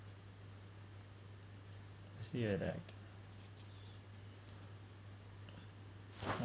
yeah that